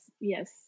yes